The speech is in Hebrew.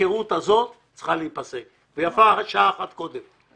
וההפקרות הזאת צריכה להיפסק, ויפה שעה אחת קודם.